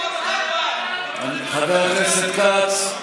חבר הכנסת כץ,